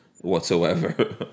whatsoever